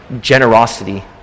generosity